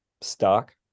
stock